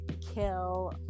kill